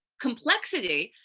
complexity,